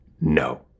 No